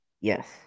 Yes